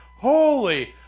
holy